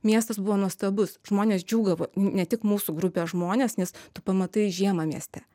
miestas buvo nuostabus žmonės džiūgavo ne tik mūsų grupės žmonės nes tu pamatai žiemą mieste